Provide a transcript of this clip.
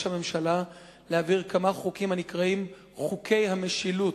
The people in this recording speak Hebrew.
הממשלה להעביר כמה חוקים הנקראים חוקי המשילות,